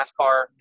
NASCAR